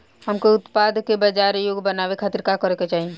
हमके उत्पाद के बाजार योग्य बनावे खातिर का करे के चाहीं?